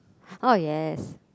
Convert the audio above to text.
oh yes